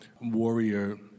warrior